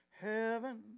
heaven